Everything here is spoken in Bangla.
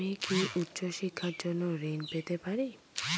আমি কি উচ্চ শিক্ষার জন্য ঋণ পেতে পারি?